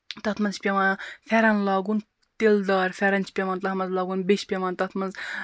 تَتھ منٛز چھُ پیٚوان پھیرَن لاگُن تِلہٕ دار پھیرَن چھُ پیٚوان تَتھ منٛز لاگُن بیٚیہِ چھُ پیٚوان تَتھ منٛز